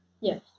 Yes